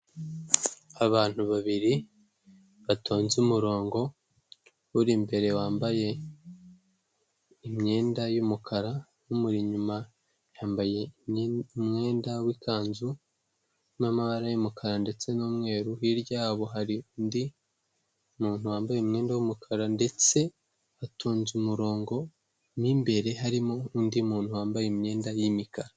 Abantu babiri batonze umurongo, uri imbere wambaye imyenda y'umukara, umuri inyuma yambaye umwenda w'ikanzu n'amabara y'umukara ndetse n'umweru hirya y'abo hari undi muntu wambaye umwenda w'umukara ndetse atonze umurongo n'imbere harimo undi muntu wambaye imyenda y'imikara.